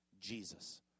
Jesus